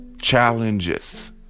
Challenges